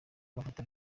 amafoto